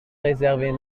réserves